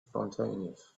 spontaneous